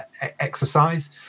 exercise